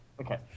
Okay